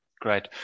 great